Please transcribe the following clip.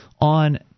on –